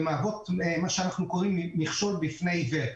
והן מהוות מכשול בפני עיוור.